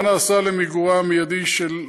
מה נעשה לשם מיגורה המיידי של הכלבת?